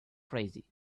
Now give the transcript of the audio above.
crazy